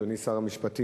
אדוני שר המשפטים,